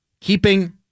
keeping